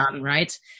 right